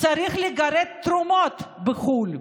צריך לגרד תרומות בחו"ל?